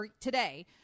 today